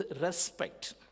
respect